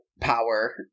power